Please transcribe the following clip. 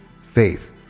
faith